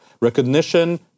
Recognition